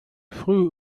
früh